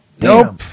Nope